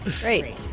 Great